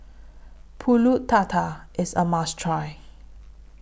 Pulut Tatal IS A must Try